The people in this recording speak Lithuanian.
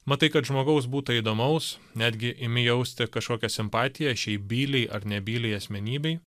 matai kad žmogaus būta įdomaus netgi imi jausti kažkokią simpatiją šiai byliai ar nebyliai asmenybei